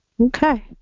Okay